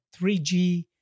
3G